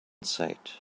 said